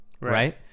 right